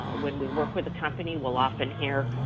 ah when we work with the company will often hear,